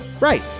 Right